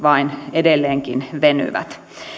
edelleenkin vain venyvät